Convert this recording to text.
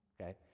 Okay